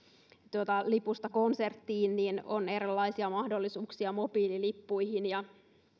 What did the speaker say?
tapahtumalipusta konserttiin on erilaisia mahdollisuuksia mobiililippuihin ja